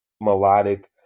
melodic